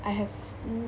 I have